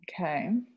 Okay